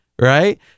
Right